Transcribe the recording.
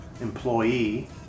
employee